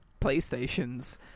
PlayStations